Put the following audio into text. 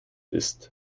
ist